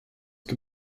ket